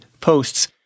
posts